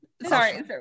sorry